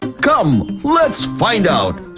come, let's find out.